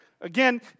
again